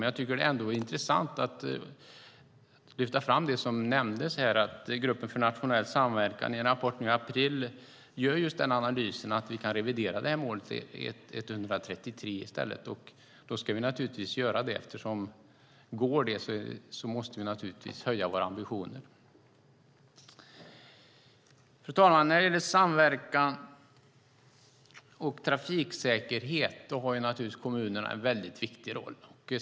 Men det är ändå intressant att lyfta fram det som nämndes, att gruppen för nationell samverkan i en rapport nu i april gör analysen att vi kan revidera målet till 133 i stället, och då ska vi naturligtvis göra det. Om det går måste vi naturligtvis höja våra ambitioner. Fru talman! När det gäller samverkan och trafiksäkerhet har kommunerna en viktig roll.